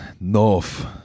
north